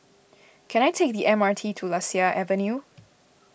can I take the M R T to Lasia Avenue